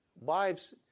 wives